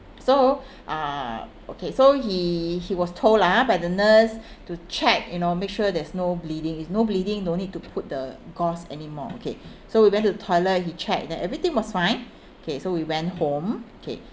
so uh okay so he he was told lah ah by the nurse to check you know make sure there's no bleeding if no bleeding no need to put the gauze anymore okay so we went to the toilet he checked that everything was fine okay so we went home okay